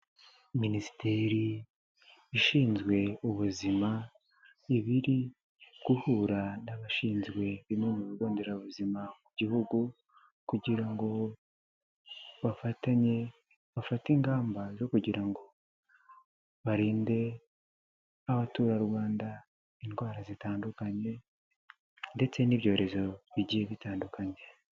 Minisiteri ishinzwe ubuzima iba iri guhura n'abashinzwe bimwe mu bigo nderabuzima mu gihugu kugira ngo bafatanye, bafate ingamba zo kugira ngo barinde abaturarwanda indwara zitandukanye ndetse n'ibyorezo bigiye bitandukanye.